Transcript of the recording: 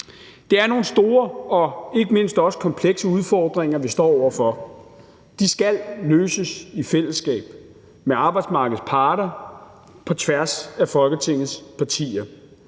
Det er nogle store og ikke mindst også komplekse udfordringer, vi står over for. De skal løses i fællesskab med arbejdsmarkedets parter på tværs af Folketingets partier.